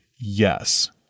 yes